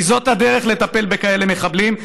כי זאת הדרך לטפל בכאלה מחבלים.